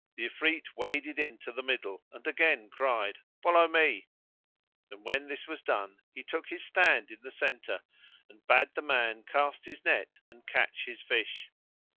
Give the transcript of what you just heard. the ifrit waded in to the middle and again cried, follow me and when this was done he took his stand in the centre and bade the man cast his net and catch his fish.